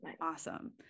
Awesome